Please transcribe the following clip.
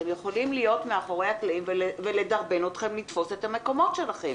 הם יכולים להיות מאחורי הקלעים ולדרבן אתכם לתפוס את המקומות שלכם.